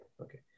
okay